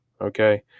Okay